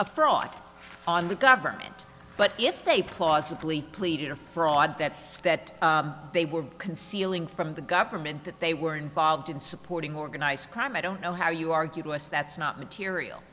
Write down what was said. a fraud on the government but if they plausibly pleaded a fraud that that they were concealing from the government that they were involved in supporting organized crime i don't know how you argue to us that's not material